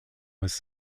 was